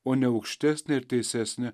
o ne aukštesnė ir teisesnė